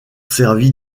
servi